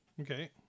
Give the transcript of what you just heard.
okay